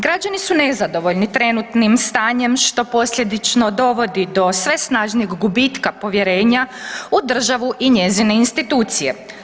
Građani su nezadovoljni trenutnim stanjem, što posljedično dovodi do sve snažnijeg gubitka povjerenja u državu i njezine institucije.